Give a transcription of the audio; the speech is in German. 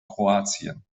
kroatien